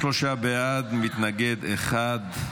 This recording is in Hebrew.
53 בעד ומתנגד אחד.